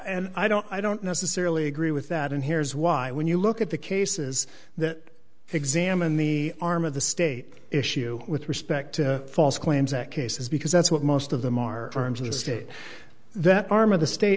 irrelevant i don't i don't necessarily agree with that and here's why when you look at the cases that examine the arm of the state issue with respect to false claims at cases because that's what most of them are terms of the state that arm of the state